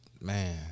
man